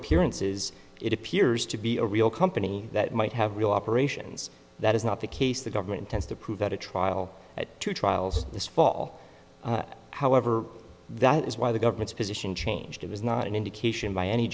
appearances it appears to be a real company that might have real operations that is not the case the government tends to prove that a trial at two trials this fall however that is why the government's position changed it was not an indication by any